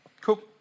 Cool